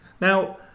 Now